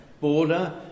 border